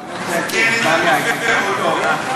אתה הולך לתקן את המתווה או לא?